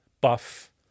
buff